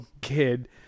kid